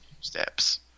steps